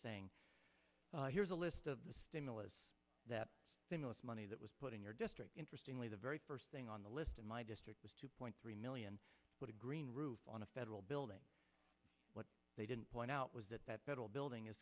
saying here's a list of the stimulus that famous money that was put in your district interestingly the very first thing on the list in my district was two point three million what a green roof on a federal building what they didn't point out was that that bedell building is